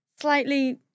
slightly